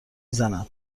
زند